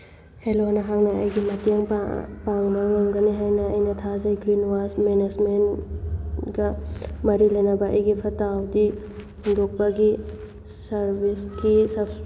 hello ꯅꯍꯥꯛꯅ ꯑꯩꯒꯤ ꯃꯇꯦꯡ ꯄꯥꯡꯕ ꯉꯝꯒꯅꯤ ꯍꯥꯏꯟ ꯑꯩꯅ ꯊꯥꯖꯩ ꯒ꯭ꯔꯤꯟ ꯋꯦꯁ ꯃꯦꯅꯦꯁꯃꯦꯟꯒ ꯃꯔꯤ ꯂꯩꯅꯕ ꯑꯩꯒꯤ ꯐꯠꯇ ꯍꯥꯎꯗꯤ ꯍꯨꯟꯗꯣꯛꯄꯒꯤ ꯁꯥꯔꯕꯤꯁꯀꯤ